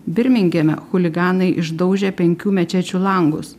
birmingeme chuliganai išdaužė penkių mečečių langus